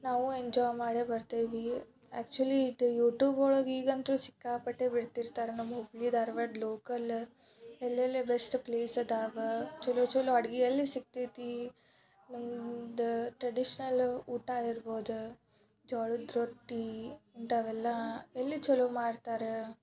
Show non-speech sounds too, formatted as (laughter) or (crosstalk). ನಾವು ಎಂಜಾಯ್ ಮಾಡೇ ಬರ್ತೇವೆ ಆ್ಯಕ್ಚುಲಿ (unintelligible) ಯೂಟ್ಯೂಬ್ ಒಳಗೆ ಈಗಂತೂ ಸಿಕ್ಕಾಪಟ್ಟೆ ಬಿಡ್ತಿರ್ತಾರೆ ನಮ್ಮ ಹುಬ್ಬಳ್ಳಿ ಧಾರ್ವಾಡ ಲೋಕಲ ಎಲ್ಲೆಲ್ಲಿ ಬೆಸ್ಟ್ ಪ್ಲೇಸ್ ಅದಾವ ಚಲೋ ಚಲೋ ಅಡಿಗೆ ಎಲ್ಲಿ ಸಿಗ್ತೈತಿ ನಮ್ಮದು ಟ್ರೆಡಿಶ್ನಲ್ ಊಟ ಇರ್ಬೋದು ಜೋಳದ ರೊಟ್ಟಿ ಇಂಥವೆಲ್ಲ ಎಲ್ಲಿ ಚಲೋ ಮಾಡ್ತಾರೆ